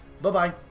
Bye-bye